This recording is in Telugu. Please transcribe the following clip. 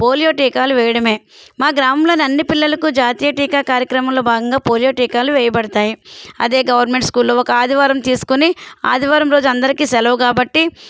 పోలియో టీకాలు వేయడమే మా గ్రామంలోని అన్ని పిల్లలకు జాతీయ టీకా కార్యక్రమంలో భాగంగా పోలియో టీకాలు వేయబడతాయి అదే గవర్నమెంట్ స్కూల్లో ఒక ఆదివారం తీసుకుని ఆదివారం రోజు అందరికీ సెలవు కాబట్టి